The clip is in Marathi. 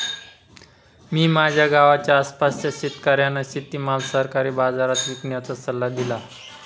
मी माझ्या गावाच्या आसपासच्या शेतकऱ्यांना शेतीमाल सरकारी बाजारात विकण्याचा सल्ला दिला